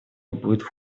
будет